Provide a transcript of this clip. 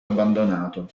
abbandonato